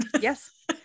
Yes